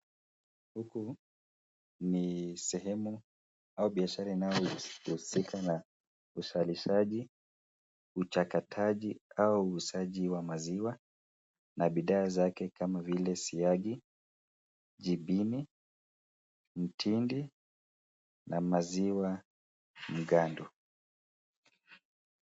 Huku ni sehemu au biashara inayohusika na uzalishaji, uchakataji au uuzaji wa maziwa na bidhaa zake kama vile siagi, jibini, mtindi na maziwa mgando.